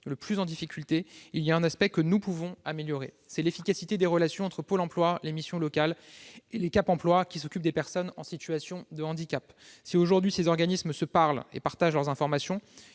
le plus en difficulté, il y a cependant un aspect que nous pouvons améliorer : l'efficacité des relations entre Pôle emploi, les missions locales et les Cap Emploi, qui s'occupent des personnes en situation de handicap. Si, aujourd'hui, ces organismes se parlent et partagent leurs informations,